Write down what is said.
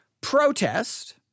protest